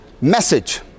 message